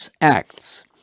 acts